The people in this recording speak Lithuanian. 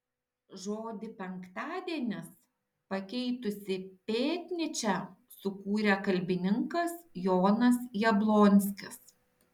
žodį penktadienis pakeitusį pėtnyčią sukūrė kalbininkas jonas jablonskis